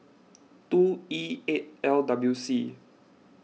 two E eight L W C